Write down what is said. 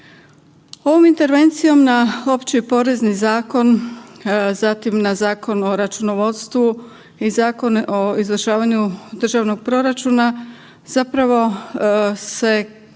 Ovom intervencijom na Opći porezni zakon zatim na Zakon o računovodstvu i Zakon o izvršavanju državnog proračuna zapravo se ovaj